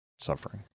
suffering